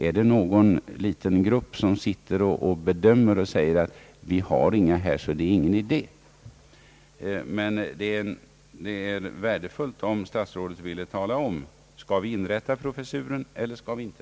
Är det någon liten grupp som sitter och gör en bedömning och säger att vi har inga sökande så det är ingen idé att inrätta tjänsten. Det vore som sagt värdefullt om statsrådet ville tala om huruvida vi skall inrätta professuren eller inte.